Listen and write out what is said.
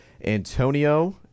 Antonio